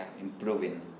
improving